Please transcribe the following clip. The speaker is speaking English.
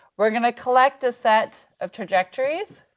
we're gonna collect a set of trajectories